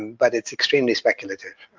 but it's extremely speculative,